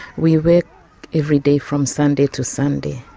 we work every day from sunday to sunday.